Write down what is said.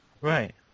right